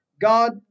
God